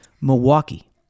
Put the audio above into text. Milwaukee